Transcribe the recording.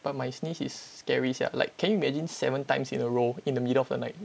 but my sneeze is scary sia like can you imagine seven times in a row in the middle of the night